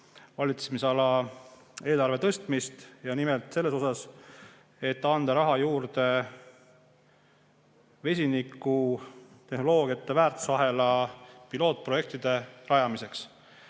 valitsemisala eelarve tõstmist ja nimelt selleks, et anda raha juurde vesinikutehnoloogiate väärtusahela pilootprojektide rajamiseks.